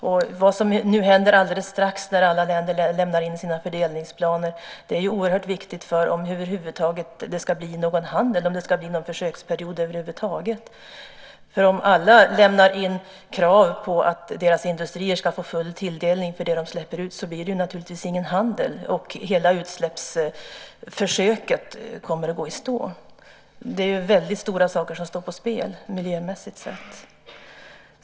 Det som händer alldeles strax när alla länder lämnar in sina fördelningsplaner är ju oerhört viktigt om det ska bli någon handel och någon försöksperiod över huvud taget. Om alla lämnar in krav på att deras industrier ska få full tilldelning för det de släpper ut blir det naturligtvis ingen handel, och hela utsläppsförsöket kommer att gå i stå. Det är väldigt stora saker som står på spel miljömässigt sett.